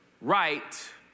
right